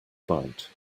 bite